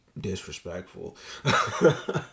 disrespectful